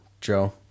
Joe